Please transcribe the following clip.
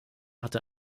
hatte